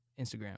Instagram